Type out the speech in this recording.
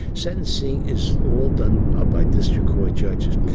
sentencing is all done ah by district court judges,